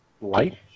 light